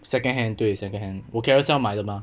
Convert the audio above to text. second hand 对 secondhand 我 Carousell 买的吗